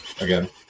Again